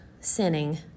sinning